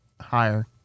Higher